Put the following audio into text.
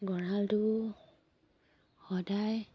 গঁৰালটো সদায়